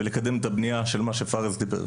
ולקדם את הבנייה של מה שפארס דיבר.